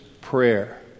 prayer